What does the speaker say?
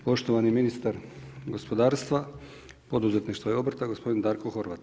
Poštovani ministar gospodarstva, poduzetništva i obrta gospodin Darko Horvat.